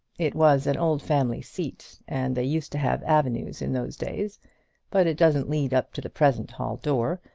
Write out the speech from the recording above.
it was an old family seat, and they used to have avenues in those days but it doesn't lead up to the present hall door.